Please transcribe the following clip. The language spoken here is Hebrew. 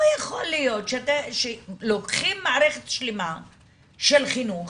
לא יכול להיות שלוקחים מערכת שלמה של חינוך,